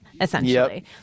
essentially